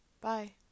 Bye